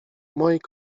moich